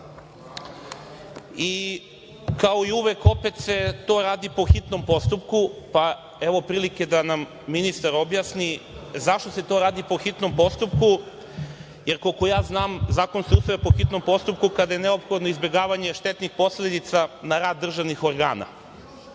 Kao i uvek, opet se to radi po hitnom postupku, pa evo prilike da nam ministar objasni zašto se to radi po hitnom postupku. Koliko ja znam, zakon se usvaja po hitnom postupku kada je neophodno izbegavanje štetnih posledica na rad državnih organa.